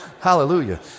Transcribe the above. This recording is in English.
hallelujah